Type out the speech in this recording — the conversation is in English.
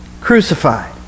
crucified